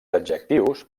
adjectius